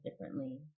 differently